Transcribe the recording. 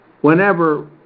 whenever